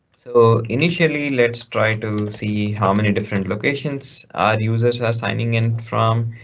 so initially, let's try to see how many different locations our users are signing in from.